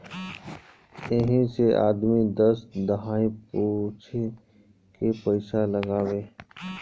यही से आदमी दस दहाई पूछे के पइसा लगावे